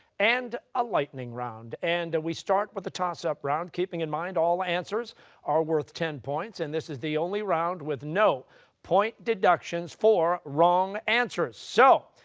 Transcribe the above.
and a lightning round. and we start with the toss-up round, keeping in mind all answers are worth ten points, and this is the only round with no point deductions for wrong answers. so,